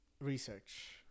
research